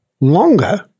longer